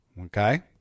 Okay